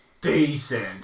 decent